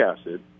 acid